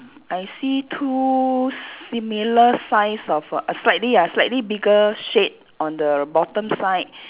I see two similar size of err slightly ah slightly bigger shade on the bottom side